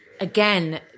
again